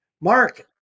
Mark